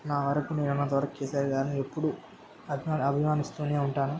నా వరకు నేను ఉన్నంతవరకు కేసిఆర్ గారిని ఎప్పుడూ అభిమాన అభిమానిస్తూనే ఉంటాను